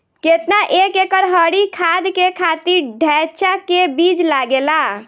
केतना एक एकड़ हरी खाद के खातिर ढैचा के बीज लागेला?